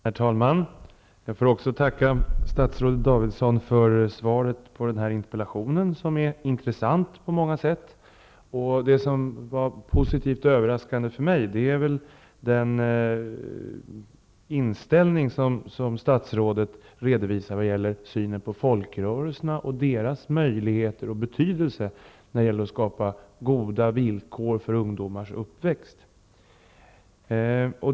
Herr talman! Också jag tackar statsrådet Davidson för svaret på den aktuella interpellationen som är intressant på många sätt. Det som är positivt och överraskande för mig är nog den inställning som statsrådet redovisar beträffande synen på folkrörelserna och deras möjligheter och betydelse när det gäller att skapa goda villkor för ungdomars uppväxt.